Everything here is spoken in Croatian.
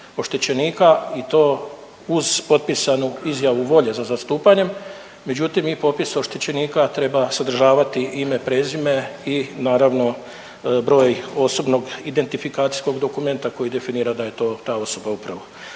i to uz potpisanu izjavu volje za zastupanjem, međutim i popis oštećenika treba sadržavati ime, prezime i naravno broj osobnog identifikacijskog dokumenta koji definira da je to ta osoba upravo.